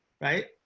right